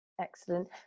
Excellent